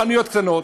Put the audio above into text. חנויות קטנות